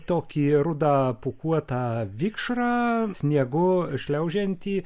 tokį rudą pūkuotą vikšrą sniegu šliaužiantį